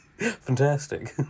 fantastic